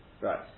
Right